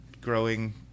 growing